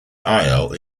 isle